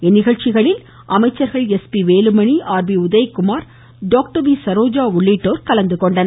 இந்நிகழ்ச்சிகளில் அமைச்சர்கள் S P Velumani R P Udhayakumar doctor V Saroja உள்ளிட்டோர் கலந்துகொண்டனர்